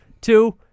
Two